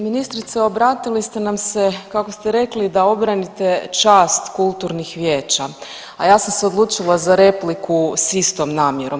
Ministrice, obratili ste nam se kako ste rekli da obranite čast kulturnih vijeća, a ja sam se odlučila za repliku s istom namjerom.